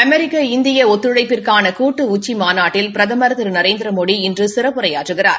அமெிக்க இந்திய ஒத்துழைப்பிற்கான கூட்டு உச்சி மாநாட்டில் பிரதமர் திரு நரேந்திரமோடி இன்று சிறப்புரையாற்றுகிறார்